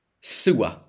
sewer